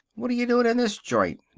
what're you doing in this joint?